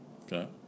Okay